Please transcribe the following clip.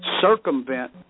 circumvent